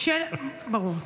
ברור.